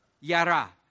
Yara